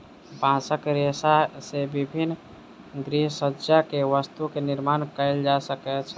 बांसक रेशा से विभिन्न गृहसज्जा के वस्तु के निर्माण कएल जा सकै छै